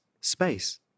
space